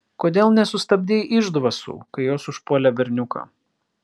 kodėl nesustabdei išdvasų kai jos užpuolė berniuką